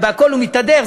בכול הוא מתהדר,